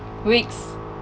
weeks